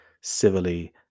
civilly